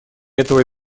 этого